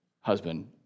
husband